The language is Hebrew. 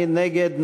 מי נגד?